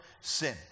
sin